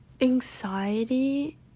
anxiety